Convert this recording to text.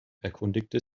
erkundigte